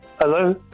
Hello